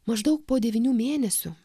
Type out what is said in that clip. maždaug po devynių mėnesių